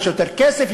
יש יותר כסף,